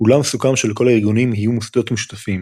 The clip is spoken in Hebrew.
אולם סוכם שלכל הארגונים יהיו מוסדות משותפים